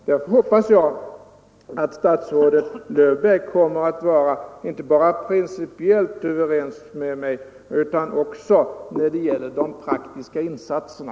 Därför hoppas jag att statsrådet Löfberg kommer att vara ense med mig inte bara principiellt utan också när det gäller de praktiska insatserna.